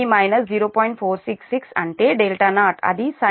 466 అంటే δ0 అది sine radian 0